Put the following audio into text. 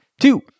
Two